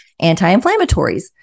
anti-inflammatories